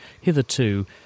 hitherto